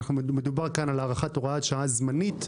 מדובר כאן על הארכת הוראת שעה זמנית.